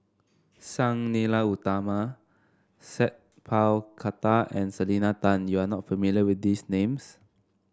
Sang Nila Utama Sat Pal Khattar and Selena Tan you are not familiar with these names